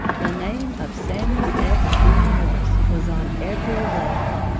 the name of samuel f. b. morse was on every lip.